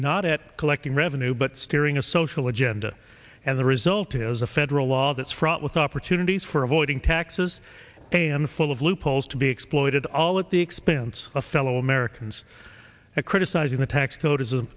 not at collecting revenue but steering a social agenda and the result is a federal law that's fraught with opportunities for avoiding taxes pay and full of loopholes to be exploited all at the expense of fellow americans a criticizing the tax code is